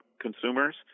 consumers